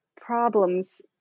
problems